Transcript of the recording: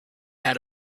had